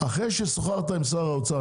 אחרי ששוחחת עם שר האוצר.